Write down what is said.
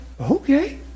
okay